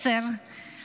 וטיפול בהן,